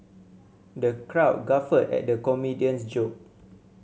the crowd guffawed at the comedian's joke